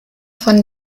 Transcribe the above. von